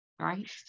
right